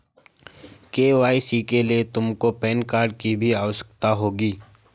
KYC के लिए तुमको पैन कार्ड की भी आवश्यकता होगी